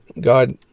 God